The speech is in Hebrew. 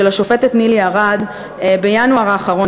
של השופטת נילי ארד בינואר האחרון,